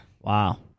Wow